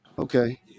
Okay